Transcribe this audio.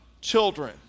children